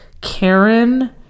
Karen